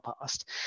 past